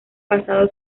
pasado